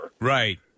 Right